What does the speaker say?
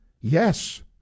Yes